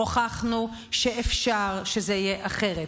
הוכחנו שאפשר שזה יהיה אחרת,